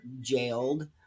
jailed